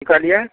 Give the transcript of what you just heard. की कहलिऐ